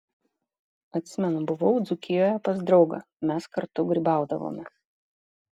atsimenu buvau dzūkijoje pas draugą mes kartu grybaudavome